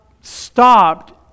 stopped